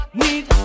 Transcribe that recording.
need